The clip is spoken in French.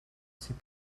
c’est